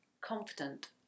confident